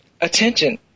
Attention